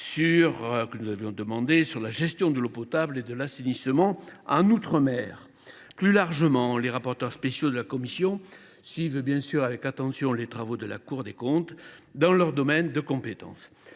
que nous leur avions demandée sur la gestion de l’eau potable et de l’assainissement en outre mer. Plus largement, les rapporteurs spéciaux de la commission suivent avec attention les travaux de la Cour des comptes, chacun dans leur domaine de compétences.